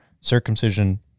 circumcision